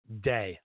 day